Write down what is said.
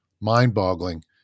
mind-boggling